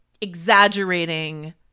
exaggerating